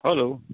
hello